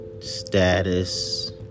status